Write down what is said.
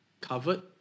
covered